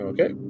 Okay